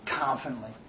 confidently